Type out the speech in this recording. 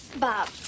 Bob